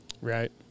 Right